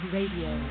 Radio